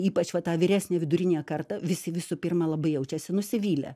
ypač va tą vyresniąją viduriniąją kartą visi visų pirma labai jaučiasi nusivylę